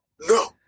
no